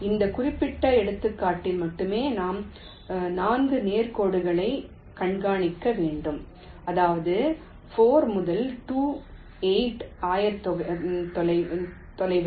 இந்த குறிப்பிட்ட எடுத்துக்காட்டில் மட்டுமே நாம் 4 நேர் கோடுகளைக் கண்காணிக்க வேண்டும் அதாவது 4 முதல் 2 8 ஆயத்தொலைவுகள்